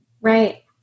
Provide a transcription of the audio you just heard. Right